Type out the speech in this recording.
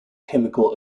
chemical